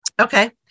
Okay